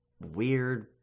weird